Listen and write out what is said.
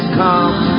come